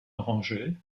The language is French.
orangé